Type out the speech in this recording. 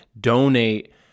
donate